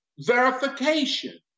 verification